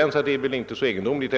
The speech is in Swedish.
heller inte så egendomligt.